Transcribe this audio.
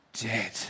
dead